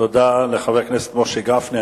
תודה לחבר הכנסת משה גפני.